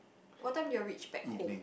what time did you all reach back home